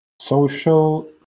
social